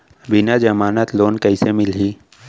बिना जमानत लोन कइसे मिलही?